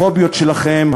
הפוביות שלכם,